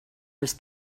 els